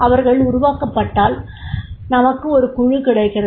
அவர்கள் உருவாக்கப்பட்டால் நமக்கு ஒரு குழு கிடைக்கிறது